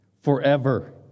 forever